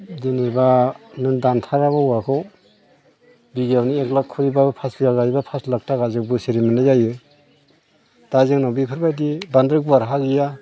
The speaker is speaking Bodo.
जेन'बा नों दानथाराब्ला औवाखौ बिगायावनो एक लाख खरिब्लाबो फास बिगा गायोब्ला फास लाख थाखा जों बोसोरे मोननाय जायो दा जोंनाव बेफोरबायदि बांद्राय गुवार हा गैया